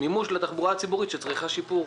לתחבורה ציבורית שצריכה שיפור?